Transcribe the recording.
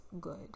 good